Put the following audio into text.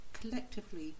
collectively